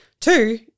Two